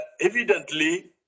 evidently